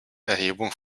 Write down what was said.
erhebung